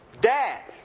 Dad